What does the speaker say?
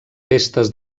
festes